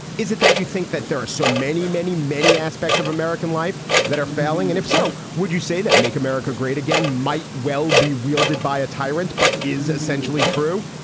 is it that you think that there are so many, many, many aspects of american life that are failing? and if so, would you say that make america great again might well be wielded by a tyrant, but is essentially true,